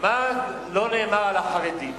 מה לא נאמר על החרדים?